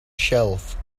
shelf